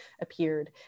appeared